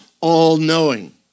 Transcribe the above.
all-knowing